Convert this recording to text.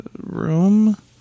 room